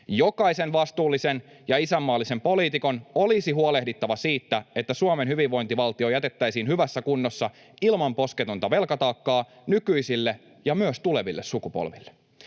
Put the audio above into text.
Jokaisen vastuullisen ja isänmaallisen poliitikon olisi huolehdittava siitä, että Suomen hyvinvointivaltio jätettäisiin hyvässä kunnossa ilman posketonta velkataakkaa nykyisille ja myös tuleville sukupolville.